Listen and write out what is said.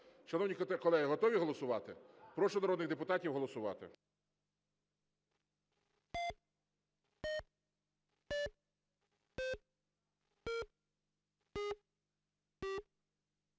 Шановні колеги, готові голосувати? Прошу народних депутатів голосувати.